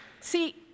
See